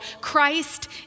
Christ